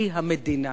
הוא המדינה.